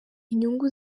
inyungu